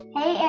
Hey